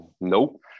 Nope